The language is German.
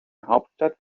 hauptstadt